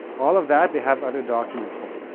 all of that, they have other documents for.